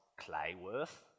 Clayworth